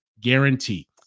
guarantee